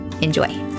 Enjoy